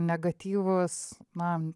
negatyvūs na